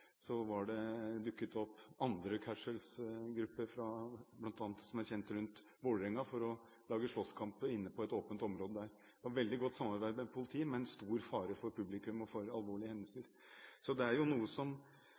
det opp casualsgrupper, som er kjent fra bl.a. Vålerenga, for å lage slåsskamper inne på et åpent område der. Det var veldig godt samarbeid med politiet, men stor fare for publikum og for alvorlige hendelser. Så dette er noe som